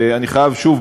ואני חייב שוב,